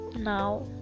now